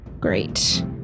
Great